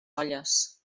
olles